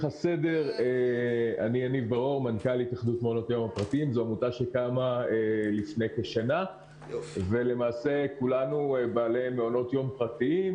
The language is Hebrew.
זו עמותה שקמה לפני כשנה ולמעשה כולנו בעלי מעונות יום פרטיים,